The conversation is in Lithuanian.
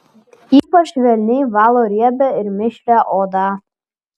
ypač švelniai valo riebią ir mišrią odą